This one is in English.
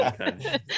Okay